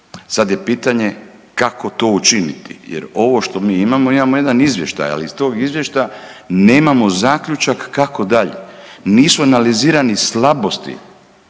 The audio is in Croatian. Sada je pitanje kako to učiniti, jer ovo što mi imamo, imamo jedan izvještaj ali iz tog izvještaja nemamo zaključak kako dalje. Nisu analizirane slabosti